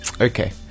okay